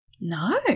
No